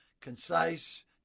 concise